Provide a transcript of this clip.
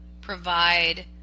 provide